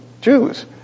Jews